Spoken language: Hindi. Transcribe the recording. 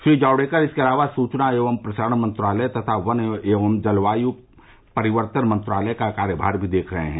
श्री जावड़ेकर इसके अलावा सूचना एवं प्रसारण मंत्रालय तथा वन एवं जलवायु परिवर्तन मंत्रालय का कार्यमार भी देख रहे हैं